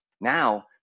now